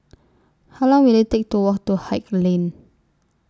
How Long Will IT Take to Walk to Haig Lane